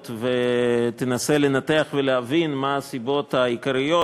ותנסה לנתח ולהבין מה הסיבות העיקריות,